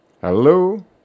Hello